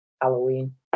Halloween